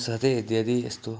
साथै इत्यादि यस्तो